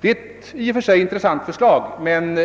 Det är i och för sig ett intressant förslag, men